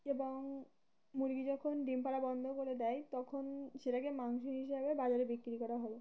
এবং মুরগি যখন ডিম পাড়া বন্ধ করে দেয় তখন সেটাকে মাংস হিসাবে বাজারে বিক্রি করা হবে